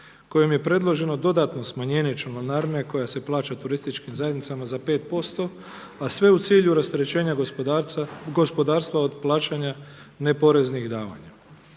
kojim je predloženo dodatno smanjenje članarine koja se plaća turističkim zajednicama za 5 posto, a sve u cilju rasterećenja gospodarstva od plaćanja neporeznih davanja.